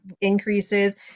increases